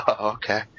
Okay